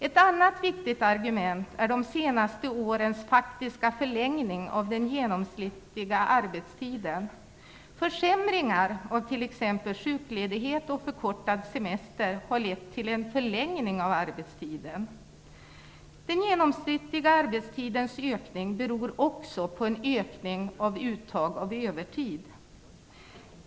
Ett annat viktigt argument är de senaste årens faktiska förlängning av den genomsnittliga arbetstiden. Försämringar av t.ex. sjukledighet och förkortad semester har lett till en förlängning av arbetstiden. Den genomsnittliga arbetstidens ökning beror också på en ökning av uttag av övertid.